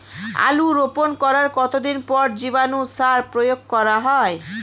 আলু রোপণ করার কতদিন পর জীবাণু সার প্রয়োগ করা হয়?